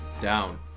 Down